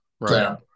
right